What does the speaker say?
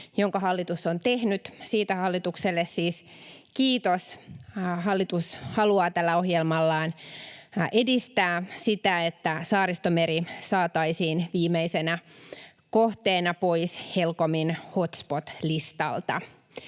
jonka hallitus on tehnyt — siitä hallitukselle siis kiitos. Hallitus haluaa tällä ohjelmallaan edistää sitä, että Saaristomeri saataisiin viimeisenä kohteena pois HELCOMin hotspot-listalta.